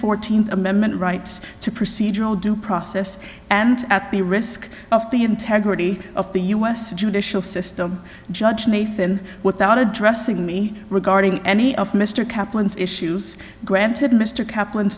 fourteenth amendment rights to procedural due process and at the risk of the integrity of the u s judicial system judge nathan without addressing me regarding any of mr kaplan's issues granted mr kapl